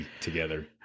Together